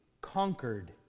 conquered